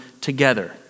together